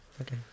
Okay